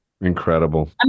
incredible